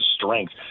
strength